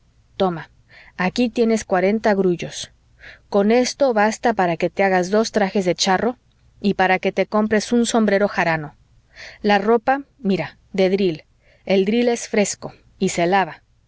toma aquí tienes cuarenta grullos con esto basta para que te hagas dos trajes de charro y para que te compres un sombrero jarano la ropa mira de dril el dril es fresco y se lava